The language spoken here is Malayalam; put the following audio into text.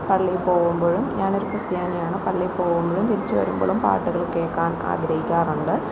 പള്ളിയിൽ പോവുമ്പോഴും ഞാൻ ഒരു ക്രിസ്ത്യാനി ആണ് പള്ളിയിൽ പോവുമ്പോഴും തിരിച്ചുവരുമ്പോളും പാട്ടുകൾ കേൾക്കാൻ ആഗ്രഹിക്കാറുണ്ട്